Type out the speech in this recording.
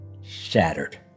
shattered